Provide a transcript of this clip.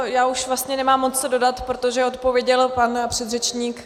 Já už vlastně nemám moc co dodat, protože odpověděl pan předřečník.